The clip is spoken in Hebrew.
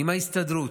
עם ההסתדרות,